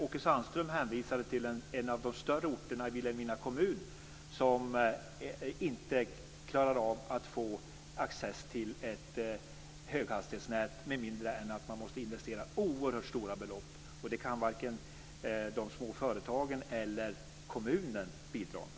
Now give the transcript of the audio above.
Åke Sandström hänvisade till en av de större orterna i Vilhelmina kommun som inte har access till ett höghastighetsnät med mindre än att man måste investera oerhört stora belopp. Det kan varken de små företagen eller kommunen bidra med.